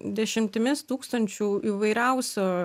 dešimtimis tūkstančių įvairiausių